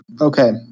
Okay